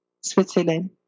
Switzerland